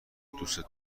دوستون